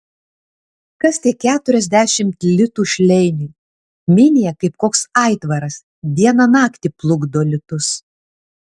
kas tie keturiasdešimt litų šleiniui minija kaip koks aitvaras dieną naktį plukdo litus